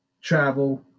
travel